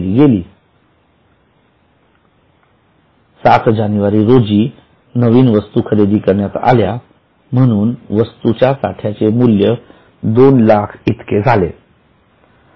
७ जानेवारी रोजी नवीन वस्तू खरेदी करण्यात आल्या म्हणून वास्तूच्या साठ्याचे मूल्य २००००० इतके झाले